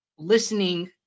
Listening